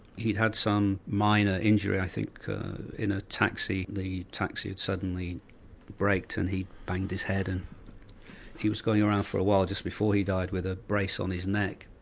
he'd had some minor injury i think in a taxi the taxi had suddenly braked and he'd banged his head and he was going around for a while just before he died, with a brace on his neck.